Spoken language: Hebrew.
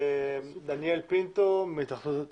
דניאל פינטו מהתאחדות התעשיינים.